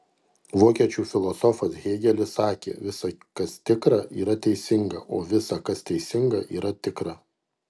vokiečių filosofas hėgelis sakė visa kas tikra yra teisinga o visa kas teisinga yra tikra